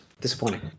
Disappointing